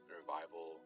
revival